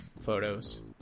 photos